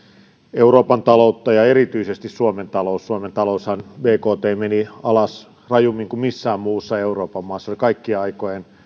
euroopan taloutta ja erityisesti suomen taloutta suomen taloushan bkt meni alas rajummin kuin missään muussa euroopan maassa se oli kaikkien aikojen